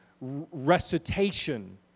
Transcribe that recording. recitation